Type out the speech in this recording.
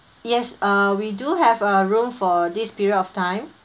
yes uh we do have a room for this period of time